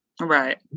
Right